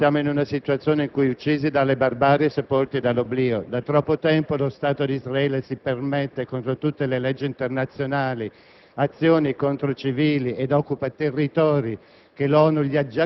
davvero in una situazione in cui si possa dire: uccisi dalla barbarie e sepolti dall'oblio. Da troppo tempo lo Stato di Israele si permette, contro tutte le leggi internazionali, azioni contro civili ed occupa territori